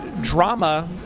Drama